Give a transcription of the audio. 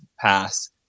pass